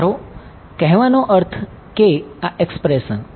મારો કહેવાનો અર્થ કે આ એક્સપ્રેશન